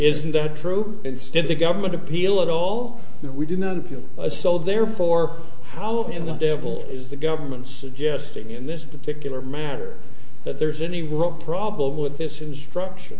isn't that true instead the government appeal it all we do not appeal a so therefore how can the devil is the government suggesting in this particular matter that there's any real problem with this instruction